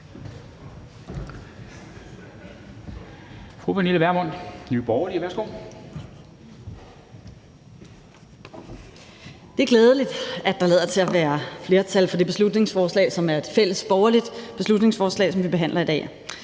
Det er glædeligt, at der lader til at være flertal for det beslutningsforslag, som er et fælles borgerligt beslutningsforslag, som vi behandler i dag,